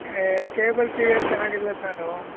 cable T V ಚೆನ್ನಾಗಿಲ್ಲ ಸಾರು